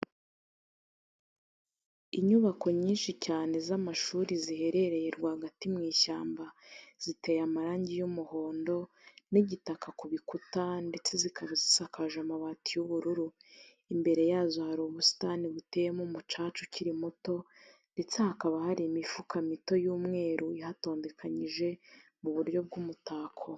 Inyubako nyinshi cyane z'amashuri ziherereye rwagati mu ishyamba, ziteye amarangi y'umuhondo n'igitaka ku bikuta ndetse zikaba zisakaje amabati y'ubururu, imbere yazo hari ubusitani buteyemo umucaca ukiri muto ndetse hakaba hari n'imifuka mito y'umweru ihatondekanyije mu buryo bw'umutako.